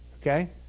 Okay